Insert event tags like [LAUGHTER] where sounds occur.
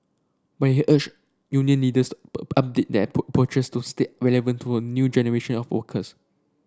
but he urged union leaders [UNINTELLIGIBLE] update their [UNINTELLIGIBLE] to stay relevant to a new generation of workers